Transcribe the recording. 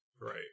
Right